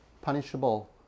punishable